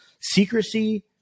secrecy